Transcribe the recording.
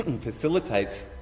facilitates